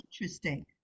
interesting